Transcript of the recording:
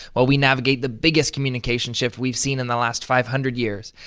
while we navigate the biggest communication shift we've seen in the last five hundred years.